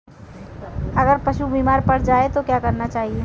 अगर पशु बीमार पड़ जाय तो क्या करना चाहिए?